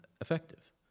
effective